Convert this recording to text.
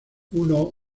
uno